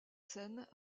scènes